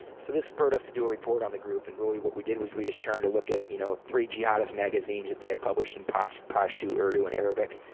so this spurred us to do a report on the group and really what we did was we just turned to look at you know three jihadist magazines that they had published in pashto, urdu, and arabic,